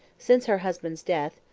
since her husband's death,